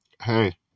hey